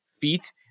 feet